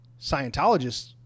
Scientologists